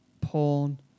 porn